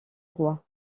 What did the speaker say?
roi